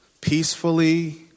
peacefully